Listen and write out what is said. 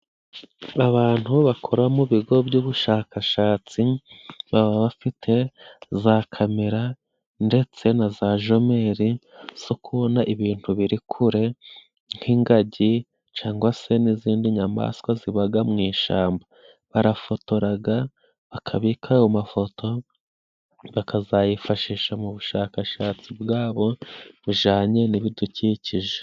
Abantu bakora mu bigo by'ubushakashatsi baba bafite za kamera ndetse na za jomeri zo kubona ibintu biri kure nk'ingagi cangwa se n'izindi nyamaswa zibaga mu ishamba. Barafotoraga, bakabika ayo mafoto, bakazayifashisha mu bushakashatsi bwabo bujanye n'ibidukikije.